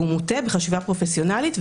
והוא מוטה בחשיבה פרופסיונלית,